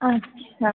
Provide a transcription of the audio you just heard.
अच्छा